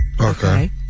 Okay